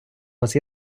вас